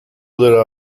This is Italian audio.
della